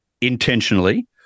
intentionally